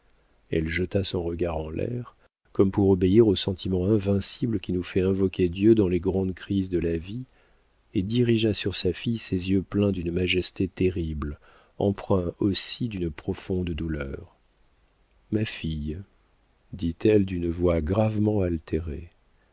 elle jeta son regard en l'air comme pour obéir au sentiment invincible qui nous fait invoquer dieu dans les grandes crises de la vie et dirigea sur sa fille ses yeux pleins d'une majesté terrible empreints aussi d'une profonde douleur ma fille dit-elle d'une voix gravement altérée